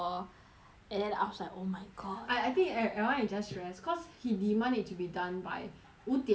and then I was like oh my god I I think eve~ everyone is just stress cause he demand it to be done by 五点 right was it